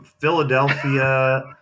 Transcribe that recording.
Philadelphia